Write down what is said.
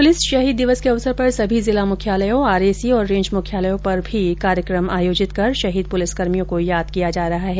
police शहीद दिवस के अवसर पर सभी जिला मुख्यालयों आरएसी और रेंज मुख्यालयों पर भी कार्यक्रम आयोजित कर शहीद पुलिसकर्मियों को याद किया जा रहा है